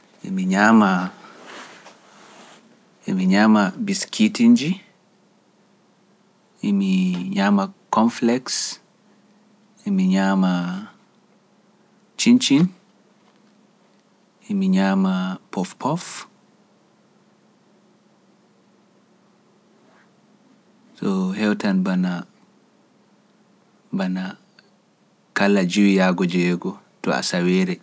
Emi ñaama biskitinji, e mi ñaama konfleks, e mi ñaama cincin, e mi ñaama pofpof. So hewtan bana kala jiwyaago jeyogo to asaweere(five to six).